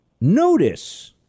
notice